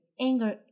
anger